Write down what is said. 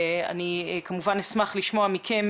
אני כמובן אשמח לשמוע מכם,